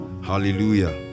Hallelujah